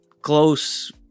close